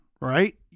right